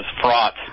fraught